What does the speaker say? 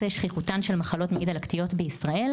"שכיחותן של מחלות מעי דלקתיות בישראל",